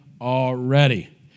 already